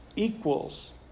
equals